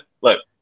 look